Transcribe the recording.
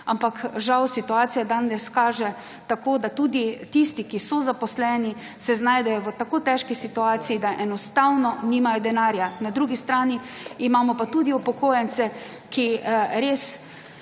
ampak žal situacija danes kaže tako, da tudi tisti, ki so zaposleni, se znajdejo v tako težki situaciji, da enostavno nimajo denarja. Na drugi strani imamo pa tudi upokojence, ki res